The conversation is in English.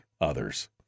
others